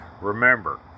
Remember